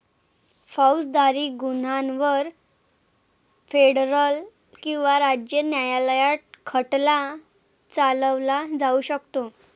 फौजदारी गुन्ह्यांवर फेडरल किंवा राज्य न्यायालयात खटला चालवला जाऊ शकतो